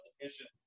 sufficient